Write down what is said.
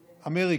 אמריקה.